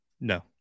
No